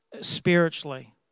spiritually